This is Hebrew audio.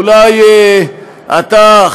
אולי אתה,